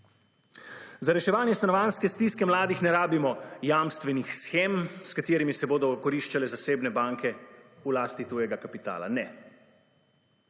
Za reševanje stanovanjske stiske mladih ne rabimo jamstvenih shem, s katerimi se bodo okoriščale zasebne banke v lasti tujega kapitala, ne.